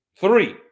three